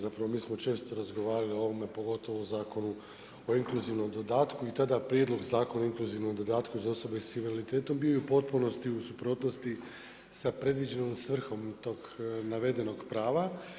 Zapravo mi često razgovarali o ovome pogotovo o Zakonu o inkluzivnom dodatku i tada prijedlog zakona o inkluzivnom dodatku za osobe s invaliditetom bio je u potpunosti u suprotnosti sa predviđenom svrhom tog navedenog prava.